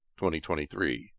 2023